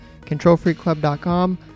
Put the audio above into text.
ControlFreakClub.com